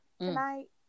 tonight